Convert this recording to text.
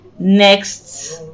Next